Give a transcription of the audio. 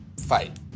fight